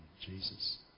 Jesus